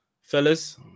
Fellas